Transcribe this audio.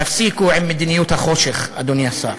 תפסיקו עם מדיניות החושך, אדוני השר.